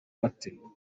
ate